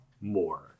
more